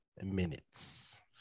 minutes